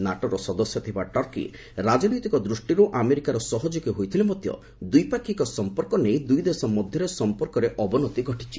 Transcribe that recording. ନାଟୋର ସଦସ୍ୟ ଥିବା ଟର୍କୀ ରାଜନୈତିକ ଦୃଷ୍ଟିରୁ ଆମେରିକାର ସହଯୋଗୀ ହୋଇଥିଲେ ହେଁ ଦ୍ୱିପାକ୍ଷିକ ସମ୍ପର୍କ ନେଇ ଦୁଇ ଦେଶ ମଧ୍ୟରେ ସମ୍ପର୍କରେ ଅବନତି ଘଟିଛି